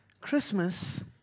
Christmas